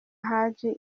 hadi